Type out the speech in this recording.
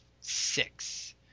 six